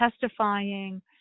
testifying